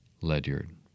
Ledyard